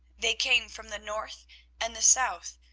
they came from the north and the south,